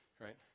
right